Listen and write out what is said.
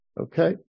Okay